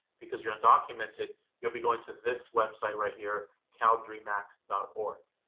because you're undocumented you'll be going to this website right here, caldreamact org.